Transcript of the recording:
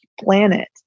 planet